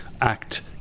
act